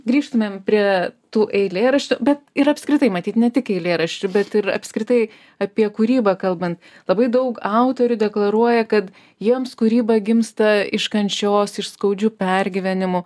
grįžtumėm prie tų eilėraščių bet ir apskritai matyt ne tik eilėraščių bet ir apskritai apie kūrybą kalbant labai daug autorių deklaruoja kad jiems kūryba gimsta iš kančios iš skaudžių pergyvenimų